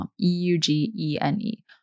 E-U-G-E-N-E